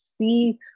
see